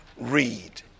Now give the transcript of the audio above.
read